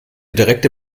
direkte